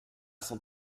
s’en